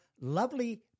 lovely